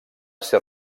ser